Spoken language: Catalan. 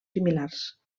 similars